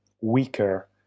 weaker